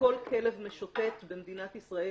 וכל כלב משוטט במדינת ישראל